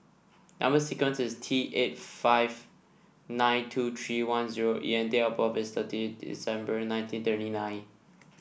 number sequence is T eight five nine two three one zero E and date of birth is thirteen December nineteen thirty nine